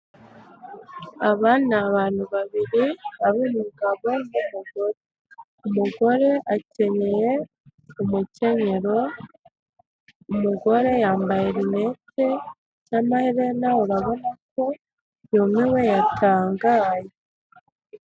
Aba ni abantu babiri ari umugabo n'umugore, umugore akenyeye umukenyero umugore yambaye linenete n'amaren urabona ko yumiwe yatangaye.